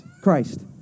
Christ